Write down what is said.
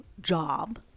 job